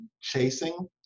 chasing